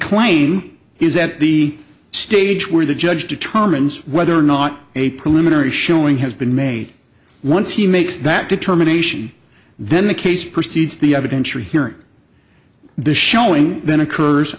claim is at the stage where the judge determines whether or not a preliminary showing has been made once he makes that determination then the case proceeds the evidence you're hearing the showing then occurs